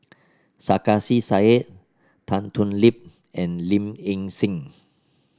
Sarkasi Said Tan Thoon Lip and Low Ing Sing